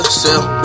sell